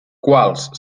quals